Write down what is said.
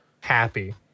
happy